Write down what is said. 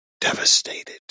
devastated